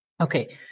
Okay